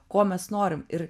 ko mes norim ir